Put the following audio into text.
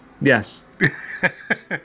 Yes